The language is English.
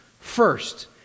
First